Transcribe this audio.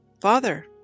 Father